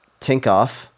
Tinkoff